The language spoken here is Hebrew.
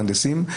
מהנדסים,